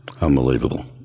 Unbelievable